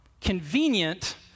convenient